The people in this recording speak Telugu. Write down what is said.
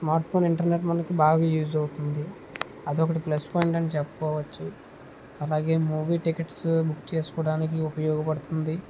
స్మార్ట్ ఫోన్ ఇంటర్నెట్ మనకి బాగా యూజ్ అవుతుంది అదొకటి ప్లస్ పాయింట్ అని చెప్పుకోవచ్చు అలాగే మూవీ టికెట్స్ బుక్ చేసుకోవడానికి ఉపయోగపడుతుంది